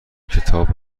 کتاب